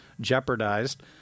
jeopardized